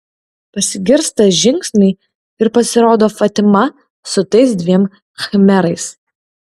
pasigirsta žingsniai ir pasirodo fatima su tais dviem khmerais